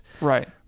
right